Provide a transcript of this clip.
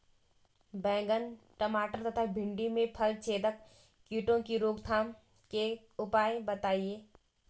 बैंगन टमाटर तथा भिन्डी में फलछेदक कीटों की रोकथाम के उपाय बताइए?